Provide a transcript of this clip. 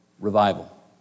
revival